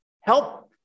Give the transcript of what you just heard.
help